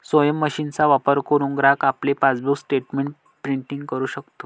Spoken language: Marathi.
स्वयम मशीनचा वापर करुन ग्राहक आपले पासबुक स्टेटमेंट प्रिंटिंग करु शकतो